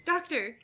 Doctor